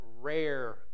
rare